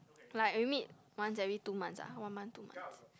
like we meet once every two months ah one month two months